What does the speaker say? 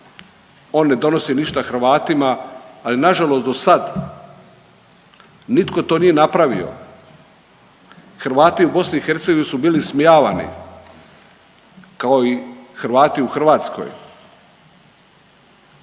on ne donosi ništa Hrvatima, ali nažalost do sad nitko to nije napravio. Hrvati u BiH su bili ismijavani, kao i Hrvati u Hrvatskoj.